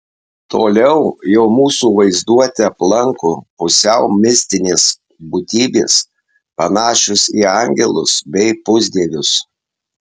toliau jau mūsų vaizduotę aplanko pusiau mistinės būtybės panašios į angelus bei pusdievius